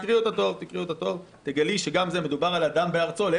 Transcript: תראי אותה טוב, תראי שמדובר על אדם בארצו.